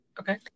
Okay